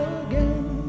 again